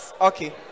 Okay